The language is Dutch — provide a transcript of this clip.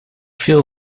viel